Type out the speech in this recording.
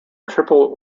triple